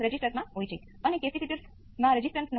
તેથી આ વાસ્તવિક ભાગ છે અને આ કાલ્પનિક ભાગ છે શું આ બરાબર છે